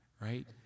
right